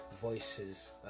Voices